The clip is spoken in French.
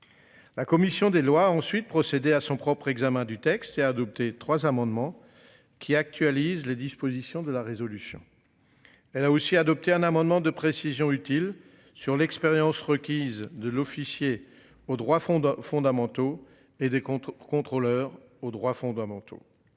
La commission des lois ensuite procéder à son propre examen du texte est adopté 3 amendements qui actualise les dispositions de la résolution. Elle a aussi adopté un amendement de précision utile sur l'expérience requise de l'officier au droit fondant fondamentaux et des contrôleurs aux droits fondamentaux.